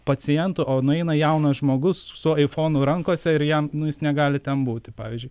pacientų o nueina jaunas žmogus su aifonu rankose ir jam nu jis negali ten būti pavyzdžiui